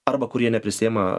arba kurie neprisiima